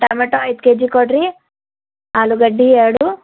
tomato ಐದು kg ಕೊಡ್ರಿ ಆಲೂಗಡ್ಡಿ ಎರಡು